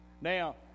Now